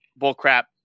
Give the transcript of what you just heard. bullcrap